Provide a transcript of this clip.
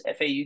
FAU